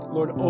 Lord